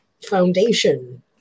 foundation